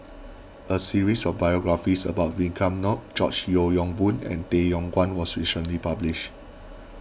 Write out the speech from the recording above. a series of biographies about Vikram Nair George Yeo Yong Boon and Tay Yong Kwang was recently published